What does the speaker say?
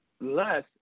less